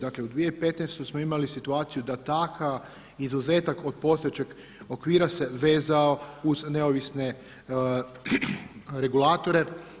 Dakle u 2015. smo imali situaciju da takav izuzetak od postojećeg okvira se vezao uz neovisne regulatore.